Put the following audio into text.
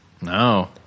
No